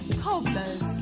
Cobblers